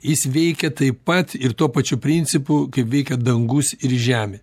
jis veikia taip pat ir tuo pačiu principu veikia dangus ir žemė